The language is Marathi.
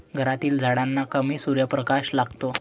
घरातील झाडांना कमी सूर्यप्रकाश लागतो